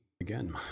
again